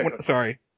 sorry